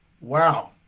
Wow